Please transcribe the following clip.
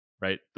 right